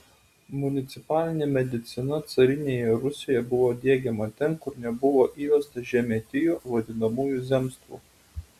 municipalinė medicina carinėje rusijoje buvo diegiama ten kur nebuvo įvesta žemietijų vadinamųjų zemstvų